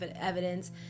evidence